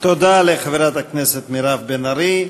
תודה לחברת הכנסת מירב בן ארי,